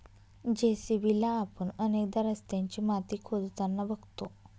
JCB ला आपण अनेकदा रस्त्याची माती खोदताना बघतो